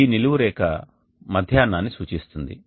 ఈ నిలువు రేఖ మధ్యాహ్నం ని సూచిస్తుంది